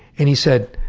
and he said